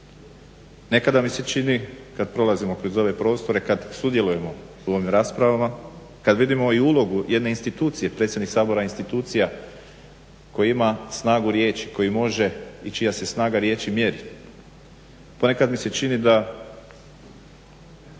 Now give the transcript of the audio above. Nekada mi se čini kad prolazimo kroz ove prostore, kad sudjelujemo u ovim raspravama, kad vidimo i ulogu jedne institucije, predsjednik Sabora je institucija koji ima snagu riječi, koji može i čija se snaga riječi mjeri. Ponekad mi se čini da